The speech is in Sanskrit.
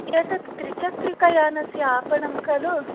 एतत् त्रिचक्रिकयानस्य आपणं खलु